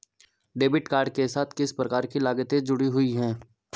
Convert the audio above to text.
Debit card के साथ किस प्रकार की लागतें जुड़ी हुई हैं?